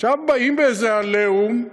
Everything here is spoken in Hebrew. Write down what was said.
עכשיו באים באיזה "עליהום",